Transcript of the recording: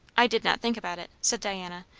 i did not think about it, said diana.